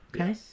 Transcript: okay